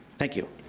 thank you.